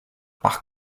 par